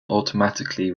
automatically